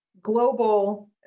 global